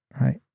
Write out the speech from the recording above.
right